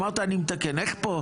אמרת: אני מתקן, איך פה?